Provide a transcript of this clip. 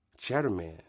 Chatterman